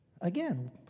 Again